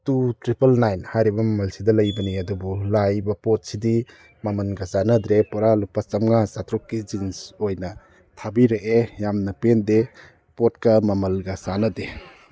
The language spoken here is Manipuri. ꯇꯨ ꯇ꯭ꯔꯤꯄꯜ ꯅꯥꯏꯟ ꯍꯥꯏꯔꯤꯕ ꯃꯃꯜꯁꯤꯗ ꯂꯩꯕꯅꯤ ꯑꯗꯨꯕꯨ ꯂꯥꯛꯏꯕ ꯄꯣꯠꯁꯤꯗꯤ ꯃꯃꯜꯒ ꯆꯥꯟꯅꯗ꯭ꯔꯦ ꯄꯨꯔꯥ ꯂꯨꯄꯥ ꯆꯥꯝꯉꯥ ꯆꯥꯇ꯭ꯔꯨꯛꯀꯤ ꯖꯤꯟꯁ ꯑꯣꯏꯅ ꯊꯥꯕꯤꯔꯛꯑꯦ ꯌꯥꯝꯅ ꯄꯦꯟꯗꯦ ꯄꯣꯠꯀ ꯃꯃꯜꯒ ꯆꯥꯟꯅꯗꯦ